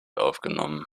aufgenommen